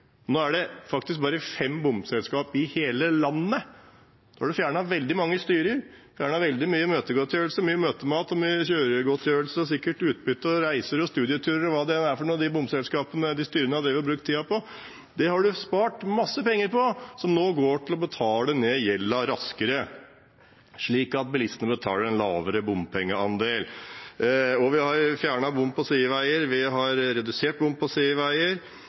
Nå er det bare fem bomselskap i hele landet. Vi har fjernet veldig mange styrer, fjernet veldig mye møtegodtgjørelse, mye møtemat og kjøregodtgjørelse, og sikkert utbytte og reiser og studieturer – hva det er styrene i de bomselskapene har brukt tiden på. Det har vi spart masse penger på, som nå går til å betale ned gjelden raskere, slik at bilistene betaler en lavere bompengeandel. Vi har fjernet bommer på sideveier. Vi har redusert antallet bommer på sideveier.